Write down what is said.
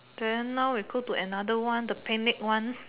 then now we go to another one the picnic one